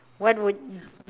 what would